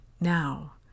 Now